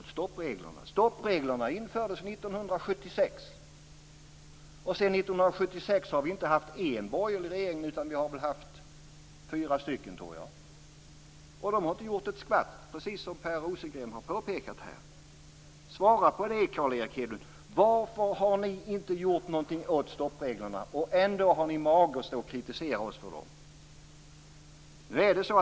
De infördes ju 1976, och sedan dess har vi inte bara haft en, utan fyra stycken tror jag, borgerliga regeringar. De har inte gjort ett skvatt, precis som Per Rosengren har påpekat här. Svara på det, Carl Erik Hedlund! Varför har ni inte gjort något åt stoppreglerna? Ni har ju ändå mage att stå och kritisera oss för dem.